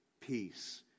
peace